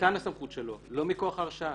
מכאן הסמכות שלו, לא מכוח ההרשעה.